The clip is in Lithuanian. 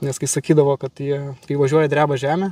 nes kai sakydavo kad jie įvažiuoja dreba žemė